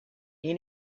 you